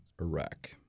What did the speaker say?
Iraq